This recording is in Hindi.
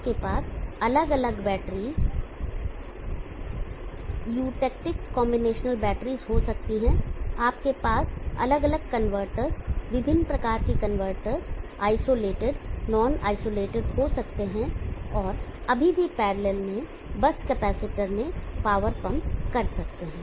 आपके पास अलग अलग बैटरीया यूटेक्टिक कॉम्बिनेशनल बैटरीया हो सकती हैं आपके पास अलग अलग कन्वर्टर्स विभिन्न प्रकार के कन्वर्टर्स आइसोलेटेड नॉन आइसोलेटेड हो सकते हैं और अभी भी पैरलल में बस कैपेसिटर में पावर पंप कर सकते हैं